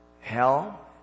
hell